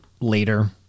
later